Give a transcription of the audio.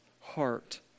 heart